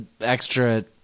extra